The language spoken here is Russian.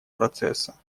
процесса